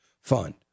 fund